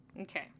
okay